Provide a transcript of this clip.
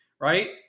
right